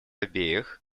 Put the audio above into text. обеих